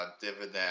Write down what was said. dividend